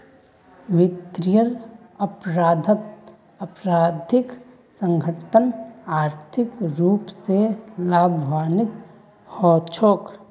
वित्तीयेर अपराधत आपराधिक संगठनत आर्थिक रूप स लाभान्वित हछेक